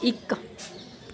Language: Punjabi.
ਇੱਕ